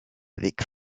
avec